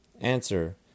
Answer